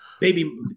baby